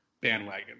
bandwagon